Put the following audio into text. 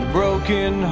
broken